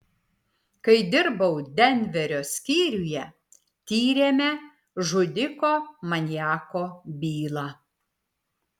kai dirbau denverio skyriuje tyrėme žudiko maniako bylą